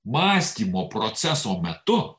mąstymo proceso metu